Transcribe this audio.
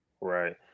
Right